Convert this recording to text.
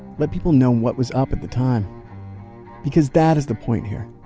let people know what was up at the time because that is the point here.